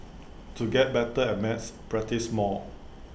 to get better at maths practise more